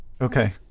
Okay